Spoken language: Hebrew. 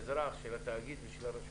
אזרח, תאגיד, רשות